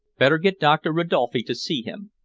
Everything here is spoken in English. better get doctor ridolfi to see him.